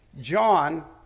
John